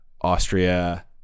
Austria